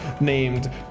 named